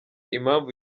impamvu